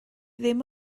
ddim